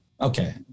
Okay